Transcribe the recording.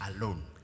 alone